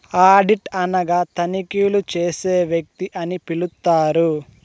audit అనగా తనిఖీలు చేసే వ్యక్తి అని పిలుత్తారు